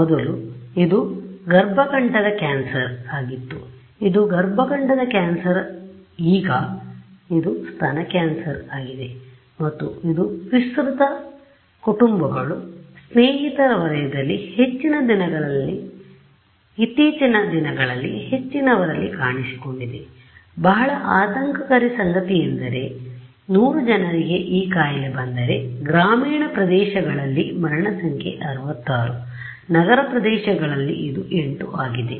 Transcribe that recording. ಮೊದಲು ಇದು ಗರ್ಭಕಂಠದ ಕ್ಯಾನ್ಸರ್ ಆಗಿತ್ತುಇದು ಗರ್ಭಕಂಠದ ಕ್ಯಾನ್ಸರ್ ಆಗಿತ್ತು ಈಗ ಇದು ಸ್ತನ ಕ್ಯಾನ್ಸರ್ ಆಗಿದೆ ಮತ್ತು ಇದು ವಿಸ್ತೃತ ಕುಟುಂಬಗಳು ಸ್ನೇಹಿತರ ವಲಯದಲ್ಲಿ ಇತ್ತೀಚಿನ ದಿನಗಳಲ್ಲಿ ಹೆಚ್ಚಿನವರಲ್ಲಿ ಕಾಣಿಸಿಕೊಂಡಿದೆ ಬಹಳ ಆತಂಕಕಾರಿ ಸಂಗತಿಯೆಂದರೆ ಅಂದರೆ 100 ಜನರಿಗೆ ಈ ಕಾಯಿಲೆ ಬಂದರೆ ಗ್ರಾಮೀಣ ಪ್ರದೇಶಗಳಲ್ಲಿ ಮರಣ ಸಂಖ್ಯೆ 66 ನಗರ ಪ್ರದೇಶಗಳಲ್ಲಿ ಇದು 8 ಆಗಿದೆ